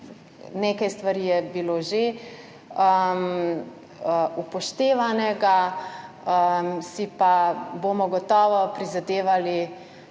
nekaj stvari že upoštevanih, si pa bomo gotovo prizadevali,